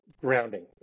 grounding